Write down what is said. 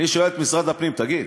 אני שואל את משרד הפנים: תגיד,